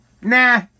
nah